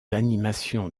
animations